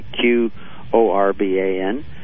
Q-O-R-B-A-N